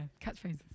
catchphrases